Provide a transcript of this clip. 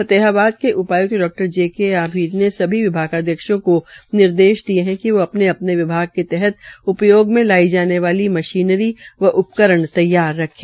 फतेहाबाद के उपाय्क्त डा जे के आभीर ने सभी विभागाध्यक्षों को निर्देश दिये है कि वे अपने अपने विभाग के तहत उपयोग में लाई जाने वाली मशीनरी व उपकरण तैयार रखें